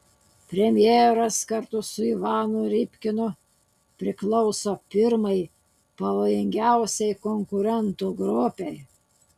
premjeras kartu su ivanu rybkinu priklauso pirmai pavojingiausiai konkurentų grupei